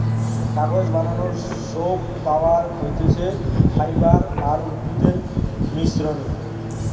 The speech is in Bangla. কাগজ বানানোর সোর্স পাওয়া যাতিছে ফাইবার আর উদ্ভিদের মিশ্রনে